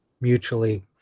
mutually